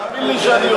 תאמין לי שאני יודע.